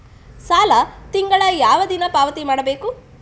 ಸಾಲ ತಿಂಗಳ ಯಾವ ದಿನ ಪಾವತಿ ಮಾಡಬೇಕು?